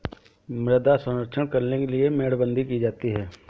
मृदा संरक्षण करने के लिए मेड़बंदी की जाती है